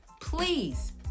please